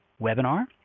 webinar